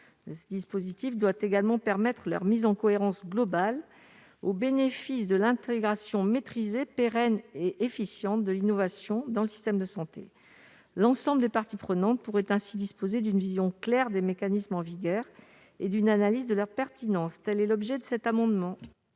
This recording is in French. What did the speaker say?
globale doit également permettre leur mise en cohérence globale, au bénéfice de l'intégration maîtrisée, pérenne et efficiente de l'innovation dans le système de santé. L'ensemble des parties prenantes pourrait ainsi disposer d'une vision claire des mécanismes en vigueur et d'une analyse de leur pertinence. Quel est l'avis de la commission